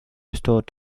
restored